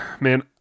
Man